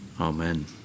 amen